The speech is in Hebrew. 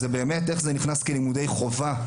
זה באמת איך זה נכנס כלימודי חובה,